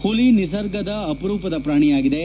ಹುಲಿ ನಿಸರ್ಗದ ಅಪರೂಪದ ಪ್ರಾಣಿಯಾಗಿದೆ